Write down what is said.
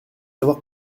savoir